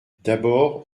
d’abord